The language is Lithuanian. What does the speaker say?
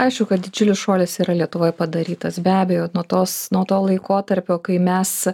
aišku kad didžiulis šuolis yra lietuvoj padarytas be abejo nuo tos nuo to laikotarpio kai mes